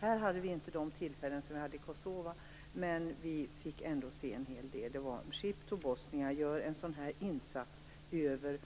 På denna plats hade vi inte samma möjligheter som i Kosova, men vi fick ändå se en hel del. Ship to Bosnia gör en insats över